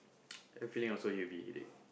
I have a feeling also he'll be a headache